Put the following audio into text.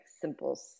simple